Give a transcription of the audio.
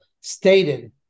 stated